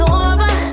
over